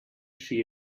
she